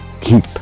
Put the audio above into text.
keep